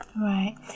Right